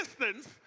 distance